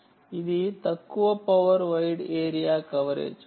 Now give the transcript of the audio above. ఇది తక్కువ power wide area coverage